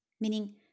meaning